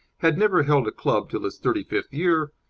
had never held a club till his thirty-fifth year,